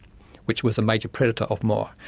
which was a major predator of moa.